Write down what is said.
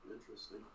Interesting